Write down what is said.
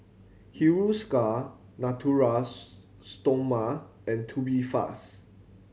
Hiruscar Naturals Stoma and Tubifast